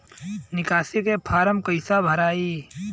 निकासी के फार्म कईसे भराई?